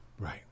Right